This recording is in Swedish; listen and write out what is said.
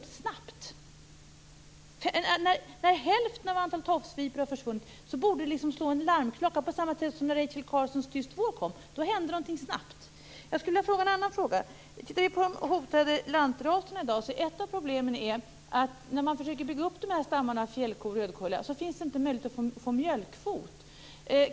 En larmklocka borde slå när hälften av tofsviporna har försvunnit, precis som när Rachel Carsons Tyst vår kom ut. Då hände någonting snabbt. Låt oss se på de hotade lantraserna. När man försöker bygga upp stammarna av fjällko och rödkulla finns det inte möjlighet att få en mjölkkvot.